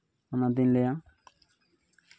ᱚᱱᱟ ᱛᱮᱧ ᱞᱟᱹᱭᱟ